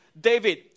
David